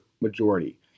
majority